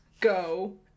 Go